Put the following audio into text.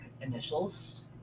initials